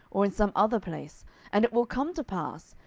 or in some other place and it will come to pass,